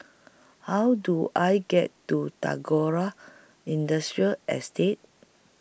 How Do I get to Tagora Industrial Estate